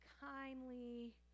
kindly